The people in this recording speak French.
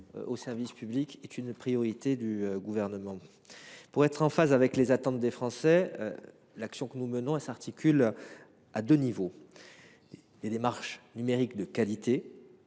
aux services publics est une priorité du Gouvernement. Pour être en phase avec les attentes des Français, l’action que nous menons s’articule autour de deux points : des démarches numériques de qualité